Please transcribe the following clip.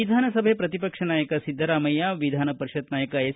ವಿಧಾನಸಭೆ ಪ್ರತಿಪಕ್ಷ ನಾಯಕ ಸಿದ್ದರಾಮಯ್ಯ ಪರಿಷತ್ ನಾಯಕ ಎಸ್